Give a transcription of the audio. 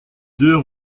deux